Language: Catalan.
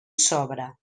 sobra